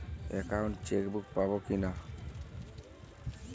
Account checkbook পাবো কি না?